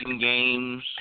games